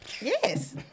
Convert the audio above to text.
Yes